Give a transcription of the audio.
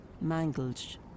mangled